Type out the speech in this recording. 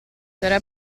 sarà